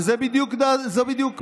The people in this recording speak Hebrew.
וזו בדיוק סמכותו.